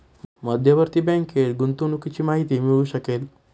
मध्यवर्ती बँकेत गुंतवणुकीची माहिती मिळू शकेल